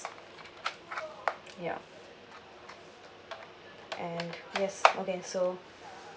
yup and yes okay so